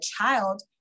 child